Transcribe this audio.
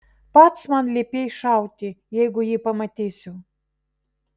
pats man liepei šauti jeigu jį pamatysiu